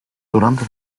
durante